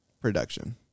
production